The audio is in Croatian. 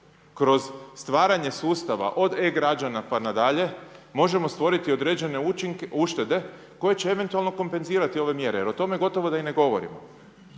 kroz stvaranje sustava od e-građana pa nadalje možemo stvoriti određene uštede koje će eventualno konpenzirati ove mjere. Jer o tome gotovo da i ne govorimo.